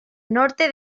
norte